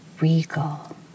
regal